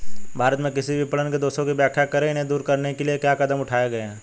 भारत में कृषि विपणन के दोषों की व्याख्या करें इन्हें दूर करने के लिए क्या कदम उठाए गए हैं?